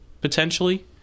potentially